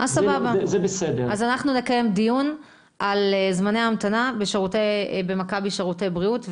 אז אנחנו נקיים דיון על זמני המתנה במכבי שירותי בריאות ונתקדם.